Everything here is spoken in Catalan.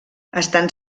estan